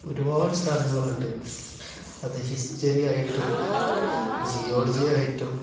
ഒരുപാട് സ്ഥലങ്ങളുണ്ട് അത് ഹിസ്റ്ററി ആയിട്ടും ജിയോളജി ആയിട്ടും